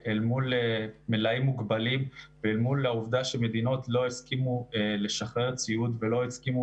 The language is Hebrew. מלאים מוגבלים ואל מול העובדה שמדינות לא הסכימו לשחרר ציוד ולא הסכימו